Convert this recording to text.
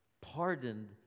pardoned